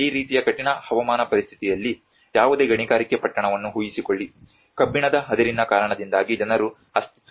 ಈಗ ಈ ರೀತಿಯ ಕಠಿಣ ಹವಾಮಾನ ಪರಿಸ್ಥಿತಿಯಲ್ಲಿ ಯಾವುದೇ ಗಣಿಗಾರಿಕೆ ಪಟ್ಟಣವನ್ನು ಉಹಿಸಿಕೊಳ್ಳಿ ಕಬ್ಬಿಣದ ಅದಿರಿನ ಕಾರಣದಿಂದಾಗಿ ಜನರು ಅಸ್ತಿತ್ವದಲ್ಲಿದ್ದಾರೆ